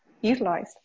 utilized